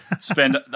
spend